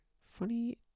Funny